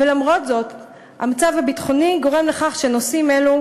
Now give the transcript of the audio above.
ולמרות זאת המצב הביטחוני גורם לכך שנושאים אלו